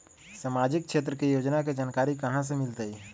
सामाजिक क्षेत्र के योजना के जानकारी कहाँ से मिलतै?